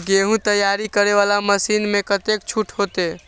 गेहूं तैयारी करे वाला मशीन में कतेक छूट होते?